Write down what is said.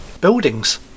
Buildings